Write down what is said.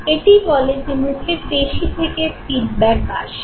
এটি বলে যে মুখের পেশী থেকে ফীডব্যাক আসে